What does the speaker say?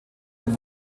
und